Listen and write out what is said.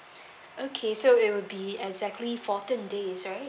okay so it would be exactly fourteen days right